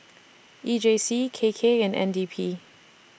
E J C K K and N D P